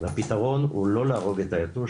והפתרון הוא לא להרוג את היתוש,